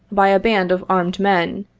by a band of armed men,